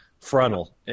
frontal